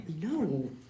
No